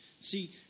See